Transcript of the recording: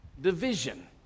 division